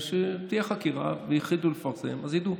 וכשתהיה חקירה ויחליטו לפרסם, ידעו.